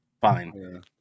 Fine